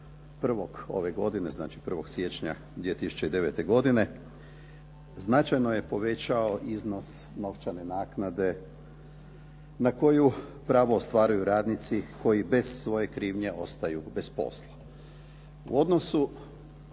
1.1. ove godine, znači 1. siječnja 2009. godine značajno je povećao iznos novčane naknade na koju pravo ostvaruju radnici koji bez svoje krivnje ostaju bez posla. U odnosu